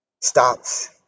stops